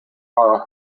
are